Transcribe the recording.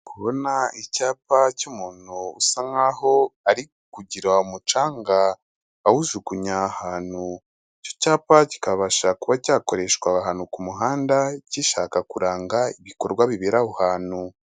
Ndi kubona icyapa cy'umuntu usa nkaho ari kugira umucanga awujugunya ahantu, icyo cyapa kikabasha kuba cyakoreshwa aho hantu ku muhanda gishaka kuranga ibikorwa bibera aho hantu.